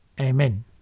Amen